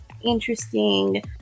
interesting